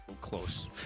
close